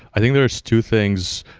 i think there are two things,